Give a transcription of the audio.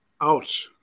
out